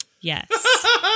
Yes